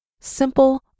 simple